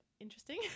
interesting